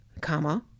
comma